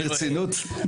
ברצינות?